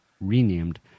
renamed